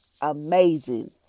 amazing